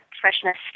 freshness